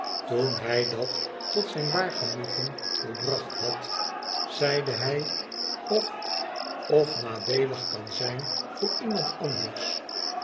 toen hij dat tot zijn waar genoegen volbracht had zeide hij of of nadeelig kan zijn voor iemand anders